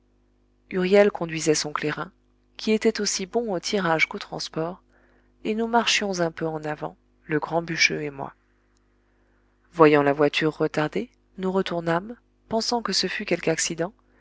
huriel conduisait son clairin qui était aussi bon au tirage qu'au transport et nous marchions un peu en avant le grand bûcheux et moi voyant la voiture retardée nous retournâmes pensant que ce fût quelque accident